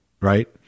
right